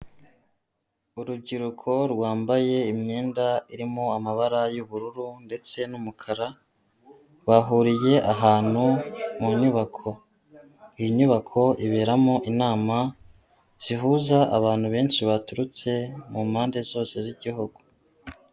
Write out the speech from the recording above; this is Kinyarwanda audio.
Urubyiruko rwambaye imyenda irimo amabara y'ubururu ndetse n'umukara, bahuriye ahantu mu nyubako, iyi nyubako iberamo inama zihuza abantu benshi baturutse mu mpande zose z'Igihugu.